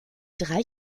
drei